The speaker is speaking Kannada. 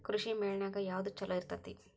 ಕೃಷಿಮೇಳ ನ್ಯಾಗ ಯಾವ್ದ ಛಲೋ ಇರ್ತೆತಿ?